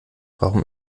warum